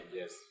yes